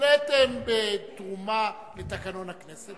הפלאתם בתרומה לתקנון הכנסת.